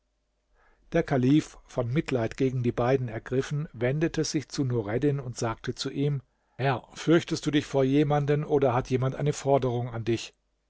der kalif von mitleid gegen die beiden ergriffen wendete sich zu nureddin und sagte zu ihm herr fürchtest du dich vor jemanden oder hat jemand eine forderung an dich